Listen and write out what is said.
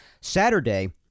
Saturday